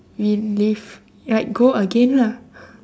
relive like go again ah